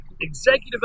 Executive